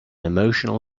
emotional